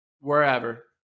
wherever